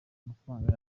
mafaranga